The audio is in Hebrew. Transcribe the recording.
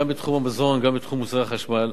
גם בתחום המזון וגם בתחום מוצרי החשמל,